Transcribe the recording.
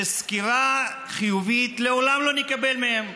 שסקירה חיובית לעולם לא נקבל מהם?